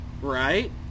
Right